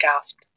gasped